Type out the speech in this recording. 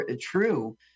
true